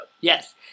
Yes